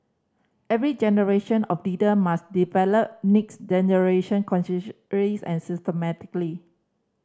every generation of leader must develop next generation consciously and systematically